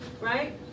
right